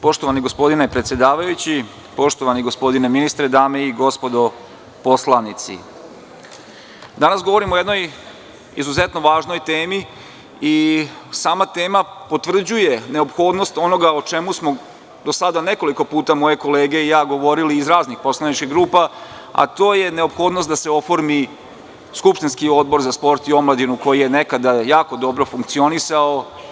Poštovani gospodine predsedavajući, poštovani gospodine ministre, dame i gospodo poslanici, danas govorimo o jednoj izuzetno važnoj temi i sama tema potvrđuje neophodnost onoga o čemu smo do sada nekoliko puta moje kolege i ja govorili iz raznih poslaničkih grupa, a to je neophodnost da se oformi skupštinski odbor za sport i omladinu, koji je nekada jako dobro funkcionisao.